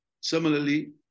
Similarly